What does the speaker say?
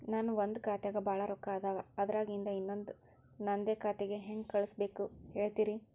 ನನ್ ಒಂದ್ ಖಾತ್ಯಾಗ್ ಭಾಳ್ ರೊಕ್ಕ ಅದಾವ, ಅದ್ರಾಗಿಂದ ಇನ್ನೊಂದ್ ನಂದೇ ಖಾತೆಗೆ ಹೆಂಗ್ ಕಳ್ಸ್ ಬೇಕು ಹೇಳ್ತೇರಿ?